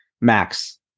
max